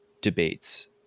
debates